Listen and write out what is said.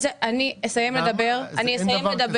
אי אפשר לומר שקרים.